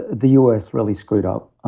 the us really screwed up,